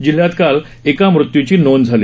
जिल्ह्यात काल एका मृत्यूची नोंद झाली